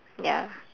ya